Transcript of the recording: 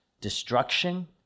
destruction